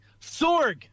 Sorg